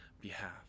behalf